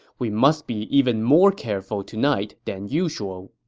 we must be even more careful tonight than usual.